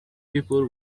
people